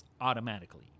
automatically